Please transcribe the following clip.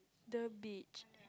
the beach